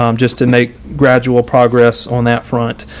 um just to make gradual progress on that front.